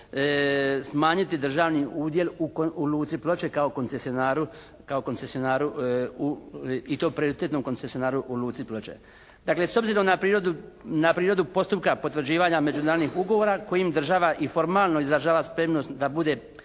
smanjiti državni udjel u luci Ploče kao koncesionaru i to prioritetnom koncesionaru u licu Ploče. Dakle s obzirom na prirodu postupka potvrđivanja međunarodnih ugovora kojim država i formalno izražava spremnost da bude